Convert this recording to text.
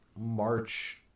March